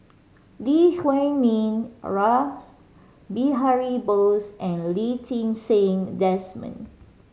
Lee Huei Min Rash Behari Bose and Lee Ti Seng Desmond